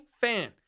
fan